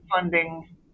funding